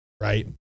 right